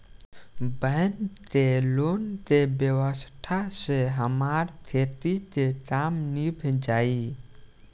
bank के loan के व्यवस्था से हमार खेती के काम नीभ जाई